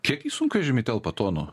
kiek į sunkvežimį telpa tonų